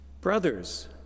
Brothers